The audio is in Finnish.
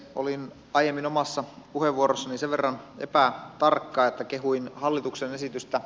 olin aiemmin omassa puheenvuorossani sen verran epätarkka että kehuin hallituksen esitystä